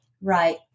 Right